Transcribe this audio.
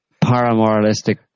paramoralistic